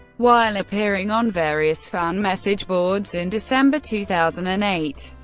while appearing on various fan message boards in december two thousand and eight,